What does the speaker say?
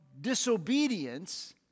disobedience